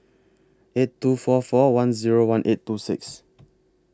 eight two four four one Zero one eight two six